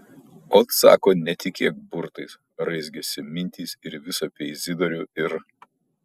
ot sako netikėk burtais raizgėsi mintys ir vis apie izidorių ir